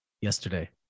Yesterday